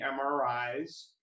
MRIs